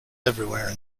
everywhere